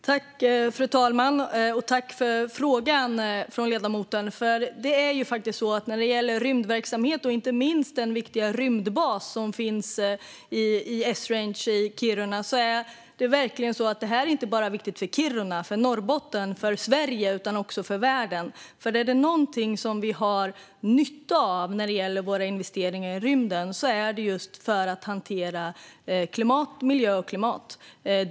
Fru talman! Tack för frågan från ledamoten! Det är faktiskt så att rymdverksamheten, inte minst den viktiga rymdbasen Esrange som finns i Kiruna, inte bara är viktig för Kiruna, Norrbotten och Sverige utan också för världen. Är det någonting som vi har nytta av när det gäller våra investeringar i rymden handlar det just om att hantera miljö och klimat.